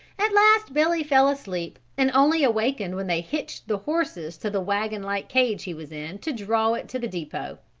at last billy fell asleep and only awakened when they hitched the horses to the wagon-like cage he was in to draw it to the depot.